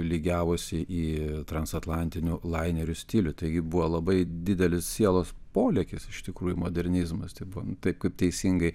lygiavosi į transatlantiniu laineriu stilių taigi buvo labai didelis sielos polėkis iš tikrųjų modernizmas tai buvo taip kaip teisingai